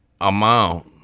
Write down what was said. amount